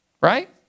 right